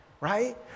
right